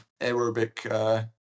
aerobic